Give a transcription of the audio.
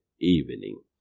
evening